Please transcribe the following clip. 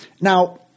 Now